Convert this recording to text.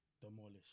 demolish